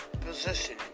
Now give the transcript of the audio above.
position